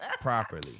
properly